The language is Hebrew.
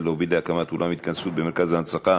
להוביל להקמת אולם התכנסות במרכז ההנצחה